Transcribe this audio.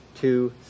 two